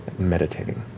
meditating.